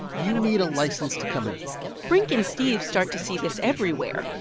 you need a license to come in here brink and steve start to see this everywhere.